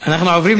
המונה,